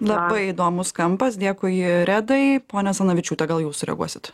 labai įdomūs kampas dėkui redai ponia asanavičiūte gal jūs sureaguosit